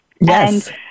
Yes